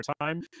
time